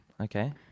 Okay